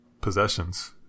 possessions